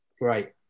Great